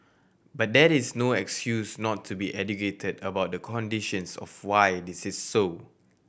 but that is no excuse not to be educated about the conditions of why this is so